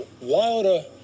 Wilder